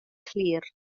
clir